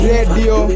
Radio